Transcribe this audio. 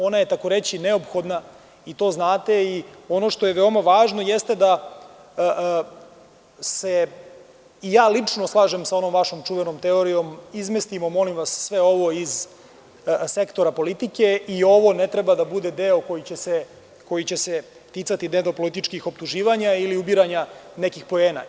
Ona je takoreći neophodna i to znate i ono što je veoma važno jeste da se i ja lično slažem sa onom vašom čuvenom teorijom – izmestimo molim vas sve ovo iz sektora politike i ovo ne treba da bude deo koji će se ticati dnevno političkih optuživanja ili ubiranja nekih poena.